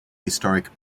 historic